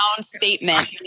statement